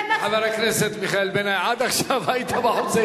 חבר הכנסת מיכאל בן-ארי, עד עכשיו היית בחוץ.